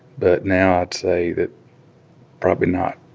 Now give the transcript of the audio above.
but now i'd say that probably not,